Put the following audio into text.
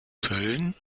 köln